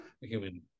human